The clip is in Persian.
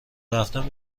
رفتن